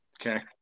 okay